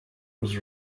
was